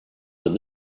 with